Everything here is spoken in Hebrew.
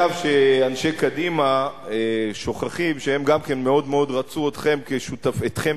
שאנשי קדימה שוכחים שהם גם כן מאוד מאוד רצו אתכם כשותפים,